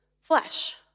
flesh